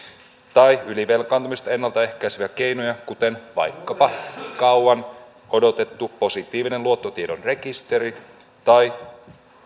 tai ylivelkaantumista ennalta ehkäiseviä keinoja kuten vaikkapa kauan odotettu positiivinen luottotiedon rekisteri tai